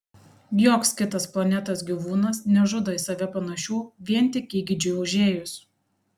joks kitas planetos gyvūnas nežudo į save panašių vien tik įgeidžiui užėjus